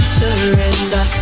surrender